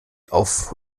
auf